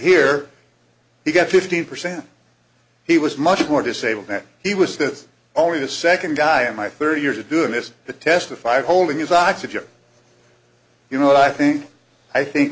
he got fifteen percent he was much more disabled then he was this only the second guy in my thirty years of doing this to testify holding his oxygen you know what i think i think